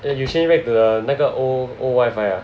eh you change back to the 那个 old old wifi ah